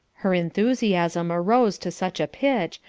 her enthusiasm arose to such a pitch,